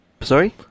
Sorry